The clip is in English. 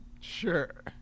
sure